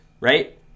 Right